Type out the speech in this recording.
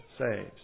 saves